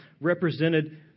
represented